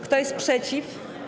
Kto jest przeciw?